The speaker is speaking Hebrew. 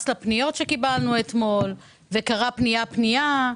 לפניות שקיבלנו אתמול וקרא פנייה-פנייה,